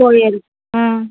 పోయారు